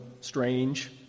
strange